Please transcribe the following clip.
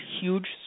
huge